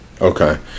Okay